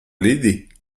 l’aider